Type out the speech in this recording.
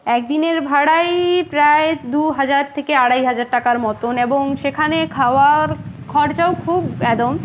একদিনের ভাড়াই প্রায় দু হাজার থেকে আড়াই হাজার টাকার মতোন এবং সেখানে খাওয়ার খরচাও খুব একদম